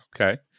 Okay